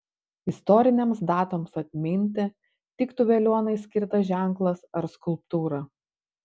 istorinėms datoms atminti tiktų veliuonai skirtas ženklas ar skulptūra